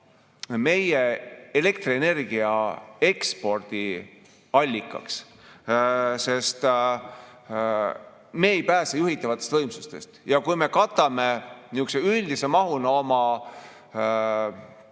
meie elektrienergia ekspordiallikas, sest me ei pääse juhitavatest võimsustest. Ja kui me katame nihukese üldise mahuna oma